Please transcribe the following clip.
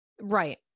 Right